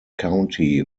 county